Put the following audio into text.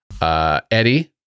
Eddie